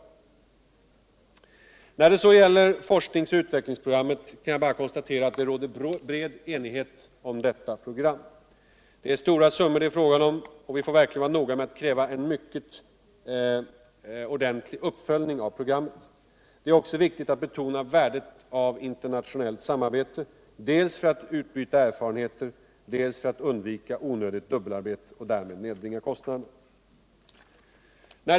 När det så gäller forsknings och utvecklingsprogrammet kan jag bara konstatera att det råder bred enighet om detta program. Det är fråga om stora summor, och vi får verkligen vara noga med att kräva en mycket ordentlig uppföljning av programmet. Det är också viktigt att betona värdet av internationellt samarbete, dels för att utbyta erfarenheter, dels för att undvika onödigt dubbelarbete och därmed nedbringa kostnaderna.